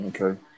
Okay